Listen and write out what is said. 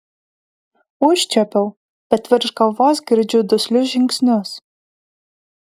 užčiuopčiau bet virš galvos girdžiu duslius žingsnius